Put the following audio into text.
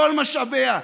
כל משאביה.